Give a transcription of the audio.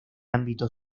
ámbito